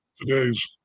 today's